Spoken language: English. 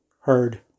heard